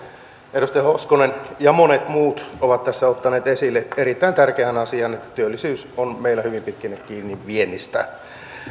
edustaja hoskonen ja monet muut ovat tässä ottaneet esille erittäin tärkeän asian työllisyys on meillä hyvin pitkälle kiinni viennistä